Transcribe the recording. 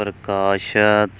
ਪ੍ਰਕਾਸ਼ਤ